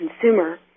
consumer